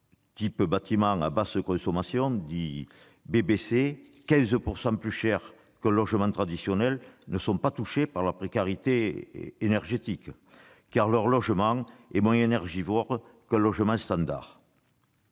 un bâtiment à basse consommation, dit « BBC », logement en moyenne 15 % plus cher qu'un logement traditionnel, ne sont pas touchés par la précarité énergétique, car leur domicile est moins énergivore qu'un logement standard.